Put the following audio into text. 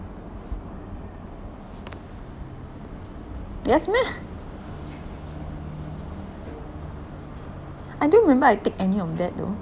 yes meh I don't remember I take any of that though